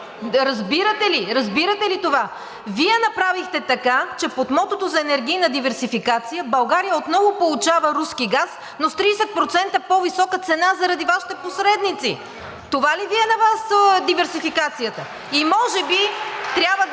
ли Ви е?! Разбирате ли това?! Вие направихте така, че под мотото за енергийна диверсификация България отново получава руски газ, но с 30% по-висока цена заради Вашите посредници. Това ли Ви е на Вас диверсификацията?! (Ръкопляскания